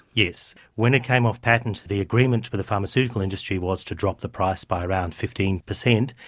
yes. when it came off patent, the agreement with the pharmaceutical industry was to drop the price by around fifteen percent.